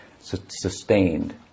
sustained